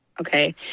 okay